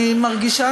אני מרגישה,